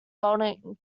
golden